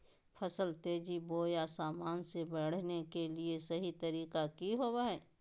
फसल तेजी बोया सामान्य से बढने के सहि तरीका कि होवय हैय?